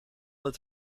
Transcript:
het